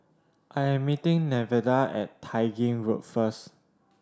I am meeting Nevada at Tai Gin Road first